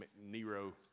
Nero